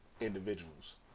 individuals